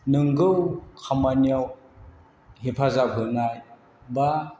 नंगौ खामानियाव हेफाजाब होनाय एबा